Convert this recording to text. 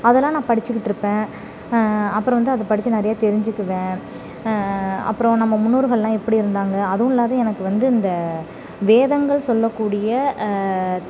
அதெல்லாம் நான் படிச்சுக்கிட்டிருப்பேன் அப்புறம் வந்து அது படிச்சு நிறையா தெரிஞ்சுக்குவேன் அப்புறோம் நம்ம முன்னோர்களெலாம் எப்படி இருந்தாங்க அதுவும் இல்லாத எனக்கு வந்து இந்த வேதங்கள் சொல்லக்கூடிய